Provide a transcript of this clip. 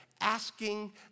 asking